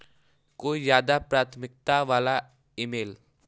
कोई ज़्यादा प्राथमिकता वाला ई मेल